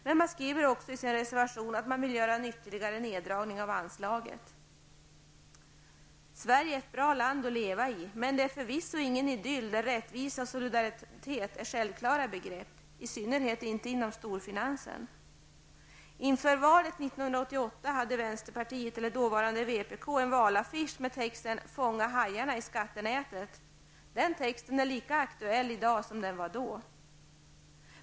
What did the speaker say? Men man skriver också i sin reservation att man vill göra en ytterligare neddragning av anslaget. Sverige är ett bra land att leva i, men det är förvisso ingen idyll där rättvisa och solidaritet är självklara begrepp -- i synnerhet inte inom storfinansen. Inför valet 1988 hade dåvarande vpk en valaffisch med texten ''Fånga hajarna i skattenätet''. Den texten är lika aktuell i dag som den var då.